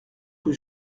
rue